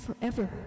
forever